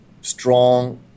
strong